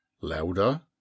louder